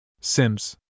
Sims